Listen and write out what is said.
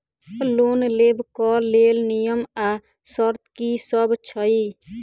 Loan लेबऽ कऽ लेल नियम आ शर्त की सब छई?